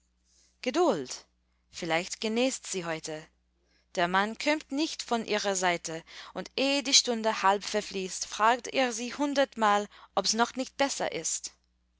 geduld vielleicht genest sie heute der mann kömmt nicht von ihrer seite und eh die stunde halb verfließt fragt er sie hundertmal obs noch nicht besser ist